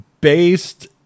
Based